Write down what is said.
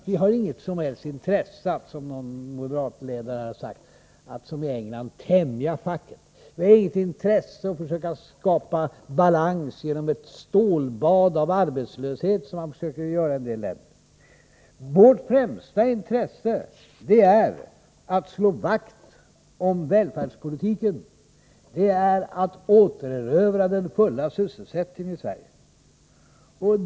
Vi har inget som helst intresse att, som någon moderatledare har sagt, som i England ”tämja facket”. Vi har inget intresse att försöka skapa balans genom ett stålbad av arbetslöshet, som man försöker göra i en del länder. Vårt främsta intresse är att slå vakt om välfärdspolitiken och att återerövra den fulla sysselsättningen i Sverige.